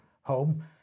home